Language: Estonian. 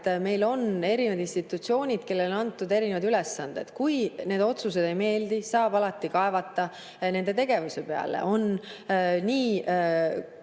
Meil on erinevad institutsioonid, kellele on antud erinevad ülesanded. Kui nende otsused ei meeldi, siis saab alati nende tegevuse peale kaevata.